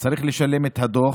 צריך לשלם את הדוח,